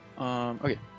okay